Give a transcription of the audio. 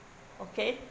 okay